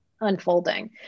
unfolding